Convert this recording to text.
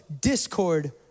discord